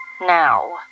Now